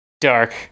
dark